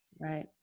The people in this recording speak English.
right